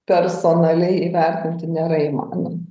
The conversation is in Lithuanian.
personaliai įvertinti nėra įmanoma